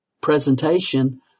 presentation